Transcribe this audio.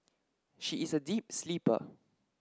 she is a deep sleeper